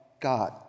God